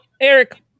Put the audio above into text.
Eric